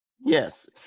Yes